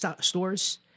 stores